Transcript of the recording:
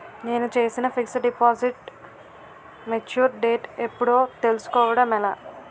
నేను చేసిన fixed deposit mature date ఎప్పుడో తెల్సుకోవడం ఎలా?